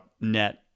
net